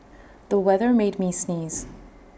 the weather made me sneeze